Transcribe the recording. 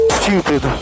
stupid